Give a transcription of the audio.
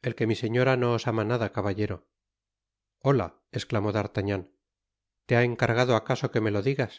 el que mi señora no os ama nada caballero liola esclamó d'artagnan te ha encargado acaso que me lo digas